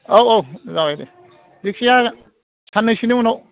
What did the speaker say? औ औ जाबाय दे जायखिया साननैसोनि उनाव